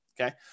okay